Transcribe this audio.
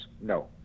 No